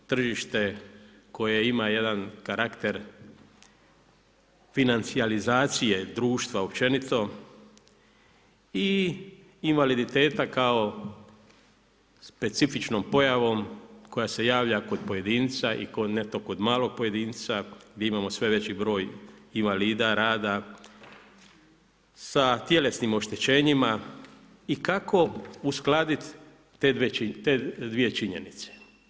Tržište koje ima jedan karakter financijalizacije društva općenito i invaliditeta kao specifičnom pojam koja se javlja kod pojedinca i to netom kod malog pojedinca, gdje imamo sve veći broj, invalida rada sa tjelesnim oštećenjima i kako uskladiti te dvije činjenice.